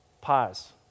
Pause